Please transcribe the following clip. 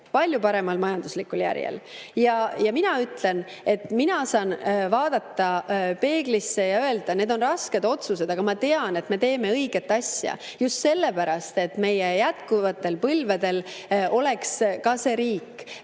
Palju paremal majanduslikul järjel! Mina ütlen, et mina saan vaadata peeglisse ja öelda, et need on rasked otsused, aga ma tean, et me teeme õiget asja, ja just sellepärast, et meie jätkuvatel põlvedel oleks ka see riik.